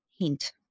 hint